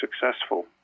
successful